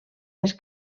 les